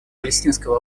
палестинского